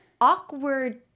awkward